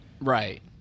Right